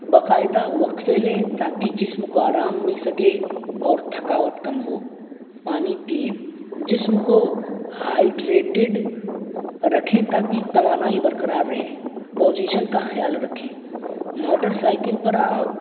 باقاعدہ وقفے لیں تاکہ جسم کو آرام مل سکے اور تھکاوٹ کم ہو پانی پیئں جسم کو ہائڈریٹیڈ رکھیں تاکہ توانائی برقرار رہے پوزیشن کا خیال رکھیں موٹر سائیکل پر آپ